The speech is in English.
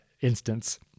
instance